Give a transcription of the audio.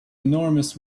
enormous